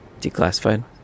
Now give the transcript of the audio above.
Declassified